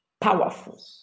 powerful